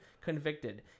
convicted